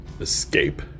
escape